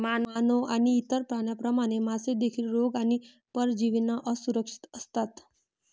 मानव आणि इतर प्राण्यांप्रमाणे, मासे देखील रोग आणि परजीवींना असुरक्षित असतात